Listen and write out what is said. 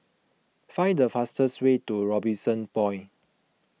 find the fastest way to Robinson Point